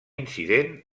incident